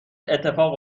اتفاق